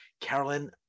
Carolyn